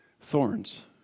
thorns